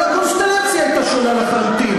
כל הקונסטלציה הייתה שונה לחלוטין.